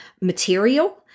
material